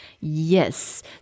Yes